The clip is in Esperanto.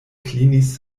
klinis